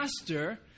Master